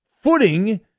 footing